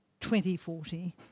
2040